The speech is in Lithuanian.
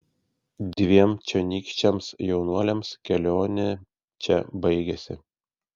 dviem čionykščiams jaunuoliams kelionė čia baigėsi